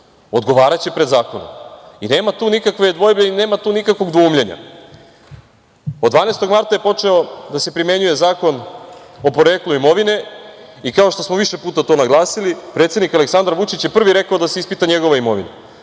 odgovaraće pred zakonom i nema tu nikakve dvojbe i nema tu nikakvog dvoumljenja. Od 12. marta je počeo da se primenjuje Zakon o poreklu imovine i, kao što smo više puta to naglasili, predsednik Aleksandar Vučić je prvi rekao da se ispita njegova imovina.